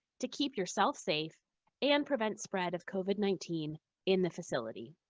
to keep yourself safe and prevent spread of covid nineteen in the facility